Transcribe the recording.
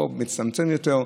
הוא מצמצם יותר,